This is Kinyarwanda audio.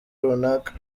runaka